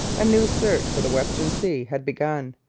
a new search for the western sea had begun.